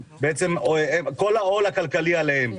כל העול הכלכלי עליהם.